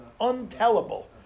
untellable